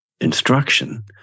instruction